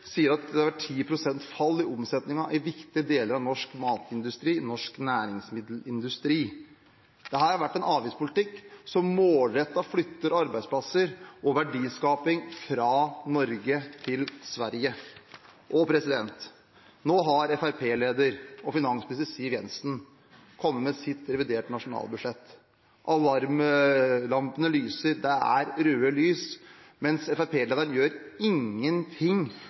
sier at det har vært 10 pst. fall i omsetningen i viktige deler av norsk matindustri og norsk næringsmiddelindustri. Dette har vært en avgiftspolitikk som målrettet flytter arbeidsplasser og verdiskaping fra Norge til Sverige. Nå har Fremskrittsparti-leder og finansminister Siv Jensen kommet med sitt reviderte nasjonalbudsjett. Alarmlampene lyser, det er røde lys, mens Fremskrittsparti-lederen gjør ingenting